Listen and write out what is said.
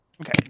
Okay